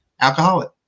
Alcoholic